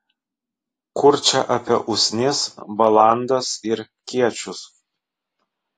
kur čia apie usnis balandas ir kiečius